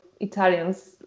Italians